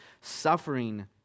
suffering